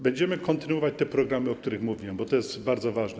Będziemy kontynuować te programy, o których mówię, bo to jest bardzo ważne.